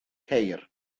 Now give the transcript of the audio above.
ceir